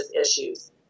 issues